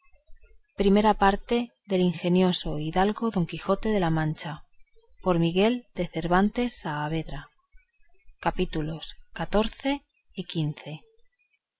segunda parte del ingenioso caballero don quijote de la mancha por miguel de cervantes saavedra y